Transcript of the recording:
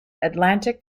atlantic